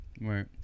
Right